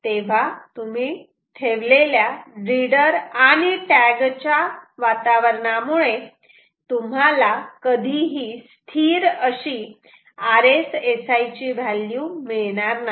तेव्हा तुम्ही ठेवलेल्या रीडर आणि टॅग च्या वातावरणामुळे तुम्हाला कधीही स्थिर अशी RSSI ची व्हॅल्यू मिळणार नाही